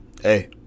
Hey